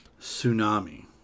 Tsunami